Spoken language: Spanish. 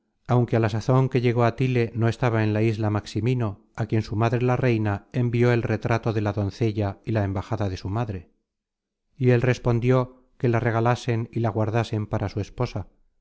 aunque á la sazon que llegó á tile no estaba en la isla maximino á quien su madre la reina envió el retrato de la doncella content from google book search generated at su y la embajada de su madre y él respondió que la regalasen y la guardasen para su esposa